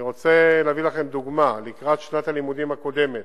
אני רוצה להביא לכם דוגמה: לקראת פתיחת שנת הלימודים הקודמת